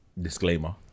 Disclaimer